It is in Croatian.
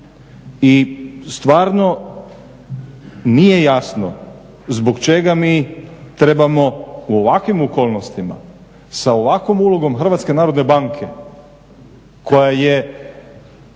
i stvarno nije jasno zbog čega mi trebamo u ovakvim okolnostima, sa ovakvom ulogom HNB-a koja je